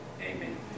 amen